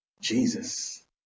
jesus